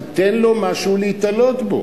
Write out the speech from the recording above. תיתן לו משהו להיתלות בו.